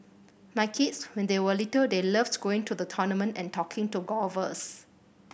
my kids when they were little they loves going to the tournament and talking to golfers